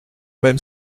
même